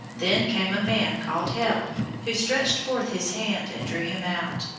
then came a man called help, who stretched forth his hand and drew him out.